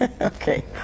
Okay